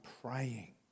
praying